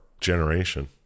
generation